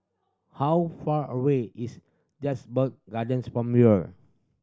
how far away is Gardens from here